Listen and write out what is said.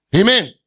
Amen